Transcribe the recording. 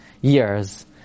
years